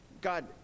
God